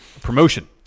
promotion